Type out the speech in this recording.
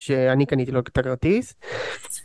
שאני קניתי לו את הכרטיס.